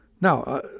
Now